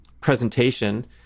presentation